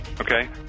okay